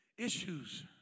Issues